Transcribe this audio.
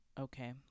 Okay